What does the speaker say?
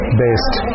based